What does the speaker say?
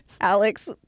alex